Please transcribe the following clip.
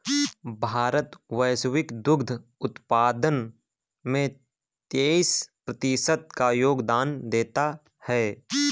भारत वैश्विक दुग्ध उत्पादन में तेईस प्रतिशत का योगदान देता है